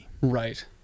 right